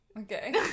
Okay